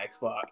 Xbox